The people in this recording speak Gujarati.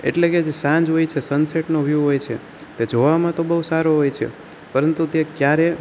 એટલે કે જે સાંજ હોય છે સનસેટનો વ્યૂ હોય છે તે જોવામાં તો બહુ સારો હોય છે પરંતુ તે ક્યારે